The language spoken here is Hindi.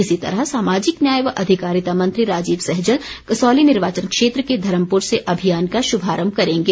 इसी तरह सामाजिक न्याय व अधिकारिता मंत्री राजीव सहजल कसौली निर्वाचन क्षेत्र के धर्मपुर से अभियान का शुभारम्म करेंगे